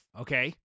okay